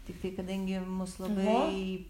tiktai kadangi mus labai